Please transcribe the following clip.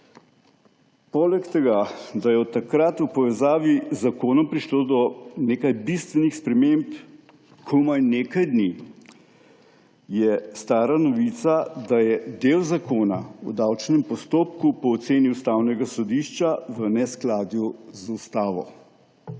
Poleg tega, da je od takrat v povezavi z zakonom prišlo do nekaj bistvenih sprememb, je komaj nekaj dni stara novica, da je del Zakona o davčnem postopku po oceni Ustavnega sodišča v neskladju z ustavo.